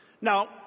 Now